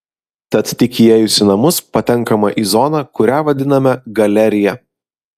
tad tik įėjus į namus patenkama į zoną kurią vadiname galerija